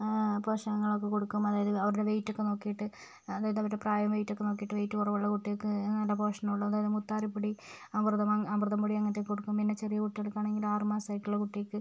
ആ പോഷണങ്ങൾ ഒക്കെ കൊടുക്കും അതായത് അവരുടെ വെയിറ്റ് ഒക്കെ നോക്കിയിട്ട് അതായത് അവരുടെ പ്രായവും വെയിറ്റ് ഒക്കെ നോക്കിയിട്ട് വെയിറ്റ് കുറവുള്ള കുട്ടികൾക്ക് നല്ല പോഷണം ഉള്ള അതായത് മുത്താര പൊടി അമൃതം അമൃതം പൊടി അങ്ങനത്തെ ഒക്കെ കൊടുക്കും പിന്നെ ചെറിയ കുട്ടികൾക്ക് ആണെങ്കിൽ ആറ് മാസം ആയിട്ടുള്ള കുട്ടിക്ക്